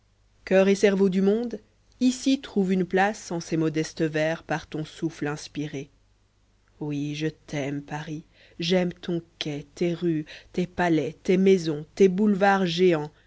coeur et cerveau du momie ici trouve une placé en ces modestes vers par ton souffle inspiré oui je t'aime paris j'aime ton quai tes rues tes palais tes maisons tés boulevards géants